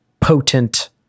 potent